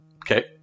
Okay